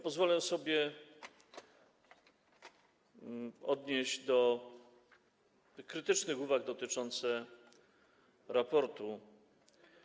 Pozwolę sobie odnieść się do krytycznych uwag dotyczących raportu.